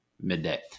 midday